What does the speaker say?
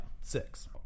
six